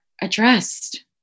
addressed